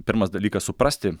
pirmas dalykas suprasti